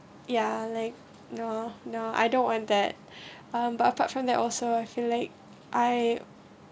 ya like no no I don't want that um but apart from that also I feel like I